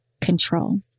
control